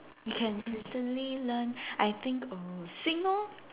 you can instantly learn I think err sing lor